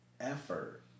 effort